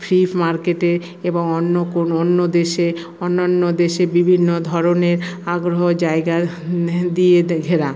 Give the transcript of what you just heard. flea মার্কেটে এবং অন্য কোনো অন্য দেশে অন্যান্য দেশে বিভিন্ন ধরনের আগ্রহ জায়গা দিয়ে ঘেরা